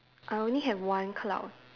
I only have one cloud